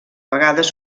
vegades